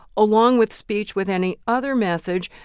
along with speech with any other message,